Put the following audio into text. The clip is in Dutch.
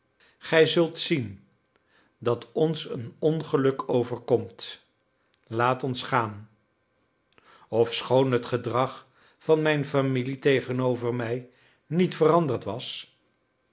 gij zult zien dat ons een ongeluk overkomt laat ons gaan ofschoon het gedrag van mijn familie tegenover mij niet veranderd was